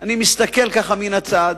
אני מסתכל ככה, מן הצד,